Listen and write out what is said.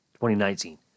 2019